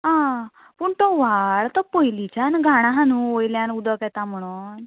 आं पूण तो व्हाळ तो पयलींच्यान घाण आहा न्हू वयल्यान उदक येता म्हणून